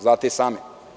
Znate i sami.